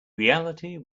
reality